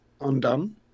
undone